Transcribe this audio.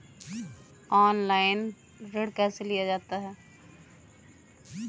Online ऋण कैसे लिया जाता है?